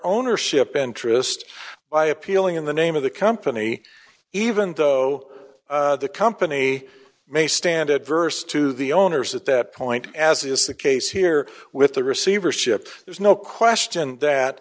ownership interest by appealing in the name of the company even though the company may stand adverse to the owners at that point as is the case here with the receivership there's no question that